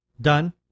Done